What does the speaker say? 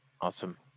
Awesome